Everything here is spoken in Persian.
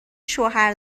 شوهر